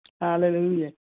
hallelujah